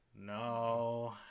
no